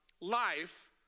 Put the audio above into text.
life